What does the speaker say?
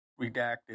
redacted